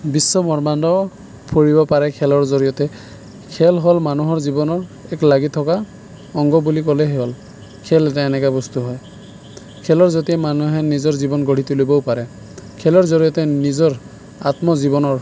বিশ্বব্ৰহ্মাণ্ড ফুৰিব পাৰে খেলৰ জৰিয়তে খেল হ'ল মানুহৰ জীৱনৰ এক লাগি থকা অংগ বুলি ক'লে হ'ল খেল এটা এনেকুৱা বস্তু হয় খেলৰ মানুহে নিজৰ জীৱন গঢ়ি তুলিবও পাৰে খেলৰ জৰিয়তে নিজৰ আত্মজীৱনৰ